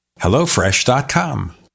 Hellofresh.com